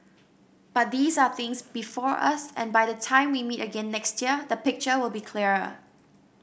but these are things before us and by the time we meet again next year the picture will be clearer